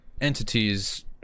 entities